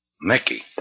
Mickey